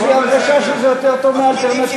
יש לי הרגשה שזה יותר טוב מהאלטרנטיבה.